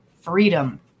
freedom